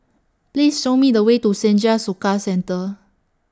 Please Show Me The Way to Senja Soka Centre